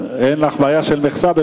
אין לי בעיה של מכסה.